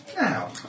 Now